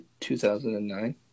2009